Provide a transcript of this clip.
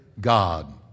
God